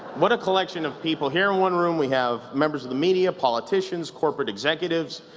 what a collection of people. here in one room, we have members of the media, politiicans, corporate executives,